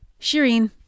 Shireen